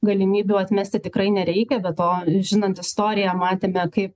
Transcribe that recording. galimybių atmesti tikrai nereikia be to žinant istoriją matėme kaip